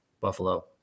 Buffalo